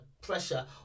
pressure